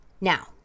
Now